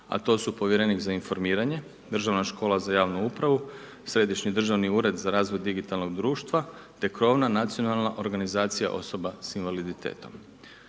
a to su povjerenik za informiranje, Državna škola za javnu upravu, Središnji državni ured za razvoj digitalnog društva te krovna nacionalna organizacija osoba sa invaliditetom.